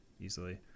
easily